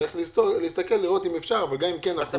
צריך לבדוק אם אפשר אבל גם אם כן -- גם